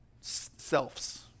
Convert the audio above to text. selves